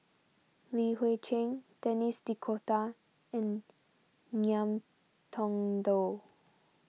Li Hui Cheng Denis D'Cotta and Ngiam Tong Dow